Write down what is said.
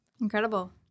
incredible